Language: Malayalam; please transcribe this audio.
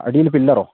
അടീല് പ പിള്ളറോ